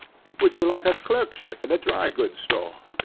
would you like a clerkship in a dry-goods store?